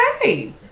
okay